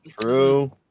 True